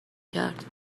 کرد